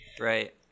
Right